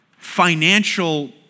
financial